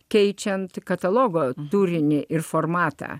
keičiant katalogo turinį ir formatą